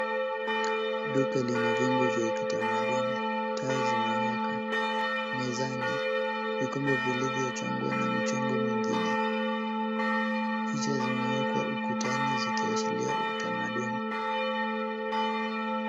Duka lina vyombo vya kitamaduni. Taa zimewaka mezani Vikombe vilivyo chongwa na michongo mingine. Picha zimewekwa ukutani zikiashiria utamaduni.